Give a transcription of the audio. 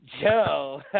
Joe